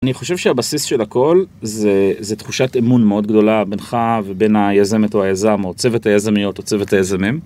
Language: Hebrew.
אני חושב שהבסיס של הכל זה תחושת אמון מאוד גדולה בינך ובין היזמת או היזם, או צוות היזמיות או צוות היזמים.